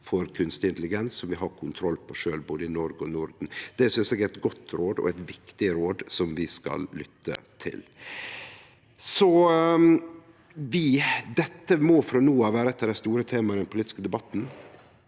for kunstig intelligens som vi har kontroll på sjølve, både i Noreg og i Norden. Det synest eg er eit godt og viktig råd som vi skal lytte til. Dette må frå no av vere eitt av dei store temaa i den politiske debatten.